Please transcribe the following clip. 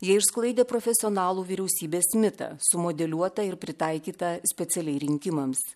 jie išsklaidė profesionalų vyriausybės mitą sumodeliuotą ir pritaikytą specialiai rinkimams